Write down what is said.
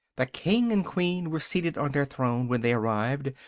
the king and queen were seated on their throne when they arrived,